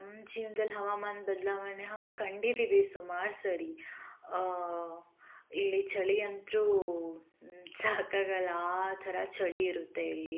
ನಮ್ಮ ಜೀವ್ನದಲ್ ಹವಾಮಾನ ಬದಲಾವಣೆ ಹ ಕಂಡಿದೀವಿ ಸುಮಾರು ಸರಿ ಇಲ್ಲಿ ಚಳಿ ಅಂತೂ ಸಾಕಾಗೋಲ್ಲ ಆ ಥರ ಚಳಿ ಇರುತ್ತೆ ಇಲ್ಲಿ